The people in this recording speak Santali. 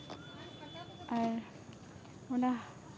ᱟᱨ ᱚᱱᱟ